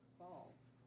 false